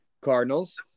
Cardinals